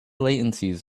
latencies